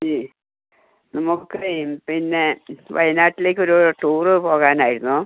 അതെ നമുക്ക് പിന്നെ വയനാട്ടിലേക്കൊരു ടൂറ് പോകാനായിരുന്നു